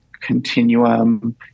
continuum